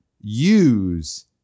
use